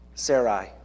Sarai